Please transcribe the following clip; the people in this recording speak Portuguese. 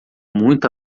muito